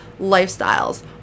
lifestyles